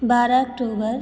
बारह अक्टूबर